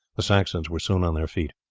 the saxons were soon on their feet.